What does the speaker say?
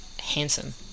handsome